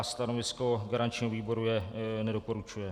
Stanovisko garančního výboru je: nedoporučuje.